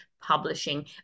publishing